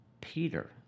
Peter